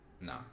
Nah